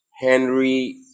henry